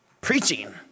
Preaching